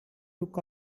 took